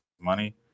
money